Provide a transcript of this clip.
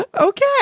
Okay